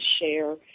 share